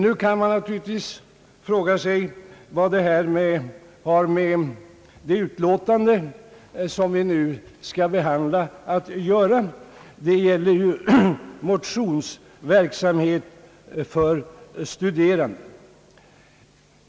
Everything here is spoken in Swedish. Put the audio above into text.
Nu kan man naturligtvis fråga vad detta har med det utlåtande vi nu skall behandla att göra — utlåtandet gäller ju motionsverksamhet för studerande.